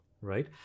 right